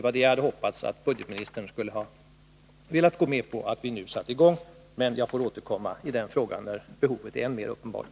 Jag hade hoppats att budgetministern velat gå med på att vi nu satte i gång ett förberedelsearbete, men jag får återkomma till frågan när behovet är än mer uppenbart.